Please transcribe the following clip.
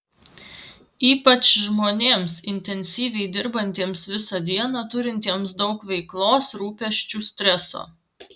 ypač žmonėms intensyviai dirbantiems visą dieną turintiems daug veiklos rūpesčių streso